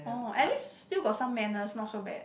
orh at least still got some manners not so bad